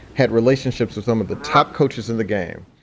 had relationships with some of the top coaches in the game.